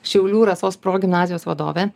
šiaulių rasos progimnazijos vadove